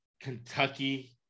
Kentucky